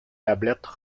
tablettes